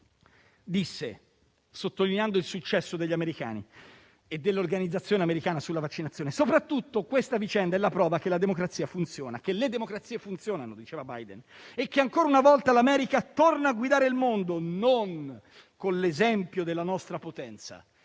vaccini, sottolineando il successo degli americani e dell'organizzazione americana in tema di vaccinazione, disse: soprattutto questa vicenda è la prova che la democrazia funziona, che le democrazie funzionano e che, ancora una volta, l'America torna a guidare il mondo non con l'esempio della nostra potenza,